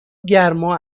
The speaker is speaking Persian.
گرما